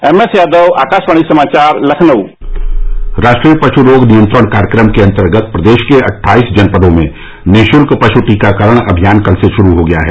M S Yadav Akashvani समाचार लखनऊ राष्ट्रीय पशु रोग नियंत्रण कार्यक्रम के अन्तर्गत प्रदेश के अट्ठाईस जनपदों में निःशुल्क पश् टीकाकरण अभियान कल से शुरू हो गया है